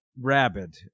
Rabid